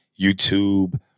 YouTube